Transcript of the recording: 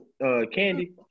Candy